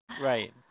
Right